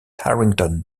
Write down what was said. harrington